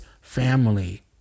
family